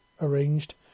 arranged